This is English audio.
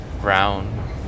brown